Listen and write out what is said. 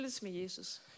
Jesus